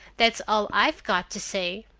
that's all i've got to say.